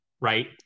right